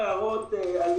החשש למרמה לא קיים לדעתי.